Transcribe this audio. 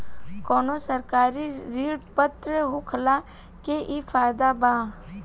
कवनो सरकारी ऋण पत्र होखला के इ फायदा बा